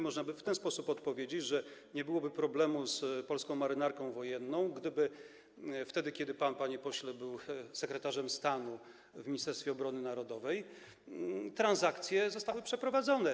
Można by w ten sposób odpowiedzieć, że nie byłoby problemu z polską marynarką wojenną, gdyby wtedy kiedy pan, panie pośle, był sekretarzem stanu w Ministerstwie Obrony Narodowej, transakcje zostały przeprowadzone.